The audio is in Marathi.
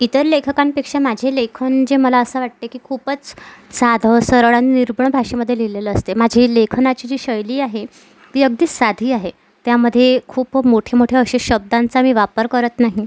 इतर लेखकांपेक्षा माझे लेखन जे मला असं वाटते की खूपच साधं सरळ आणि निर्मळ भाषेमध्ये लिहिलेले असते माझी लेखनाची जी शैली आहे ती अगदी साधी आहे त्यामध्ये खूप मोठे मोठे असे शब्दांचा मी वापर करत नाही